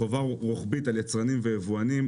חובה רוחבית על יצרנים ויבואנים,